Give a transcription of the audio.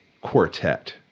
quartet